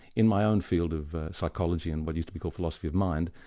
in my own field of psychology and what used to be called philosophy of mind,